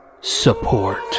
support